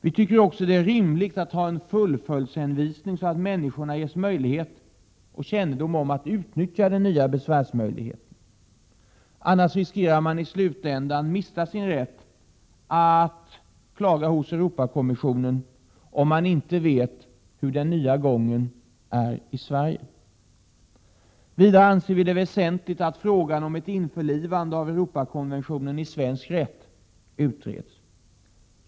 Vi tycker också det är rimligt att ha en fullföljdshänvisning så att människorna ges kännedom om och möjlighet att utnyttja den nya besvärsmöjligheten. Man riskerar att i slutänden mista sin rätt att klaga hos Europarådskommissionen, om man inte vet den nya gången i Sverige. Vidare anser vi det väsentligt att frågan om ett införlivande av Europakonventionen i svensk rätt utreds.